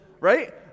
Right